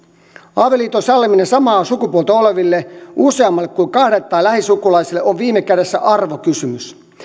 avioliiton salliminen samaa sukupuolta oleville useammalle kuin kahdelle tai lähisukulaisille on viime kädessä arvokysymys